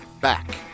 back